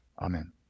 Amen